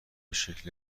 شکل